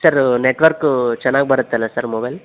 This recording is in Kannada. ಸರ್ ನೆಟ್ವರ್ಕೂ ಚೆನ್ನಾಗಿ ಬರತ್ತಲ ಸರ್ ಮೊಬೈಲ್